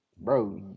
bro